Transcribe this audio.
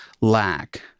lack